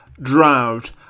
drought